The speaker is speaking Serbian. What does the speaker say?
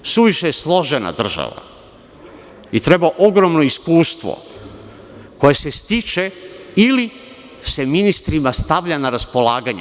Suviše je složena država i treba ogromno iskustvo koje se stiče ili se ministrima stavlja na raspolaganje.